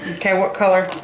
okay, what color?